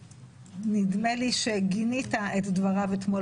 ונדמה לי שגינית את דבריו אתמול